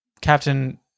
Captain